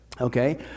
okay